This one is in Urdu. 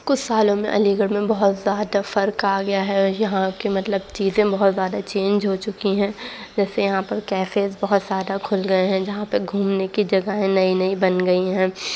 کچھ سالوں میں علی گڑھ میں بہت زیادہ فرق آ گیا ہے اور یہاں کی مطلب چیزیں بہت زیادہ چینج ہو چکی ہیں جیسے یہاں پر کیفیز بہت زیادہ کھل گئے ہیں جہاں پہ گھومنے کی جگہیں نئی نئی بن گئی ہیں